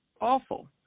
awful